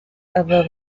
aba